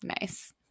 Nice